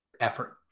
effort